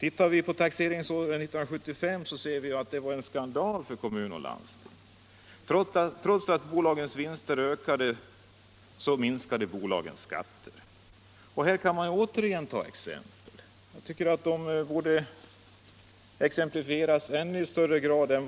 Taxeringsåret 1975 var bolagens skatter till kommun och landsting skandalöst låga. Trots att deras vinster ökade så minskade deras skatter. Här skulle exempel kunna ges även från andra län.